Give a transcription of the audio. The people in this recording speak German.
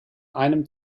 einem